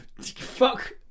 Fuck